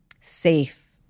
safe